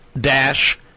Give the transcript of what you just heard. dash